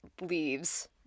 leaves